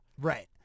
Right